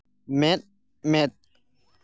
ᱢᱮᱫ ᱢᱮᱫ